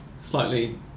slightly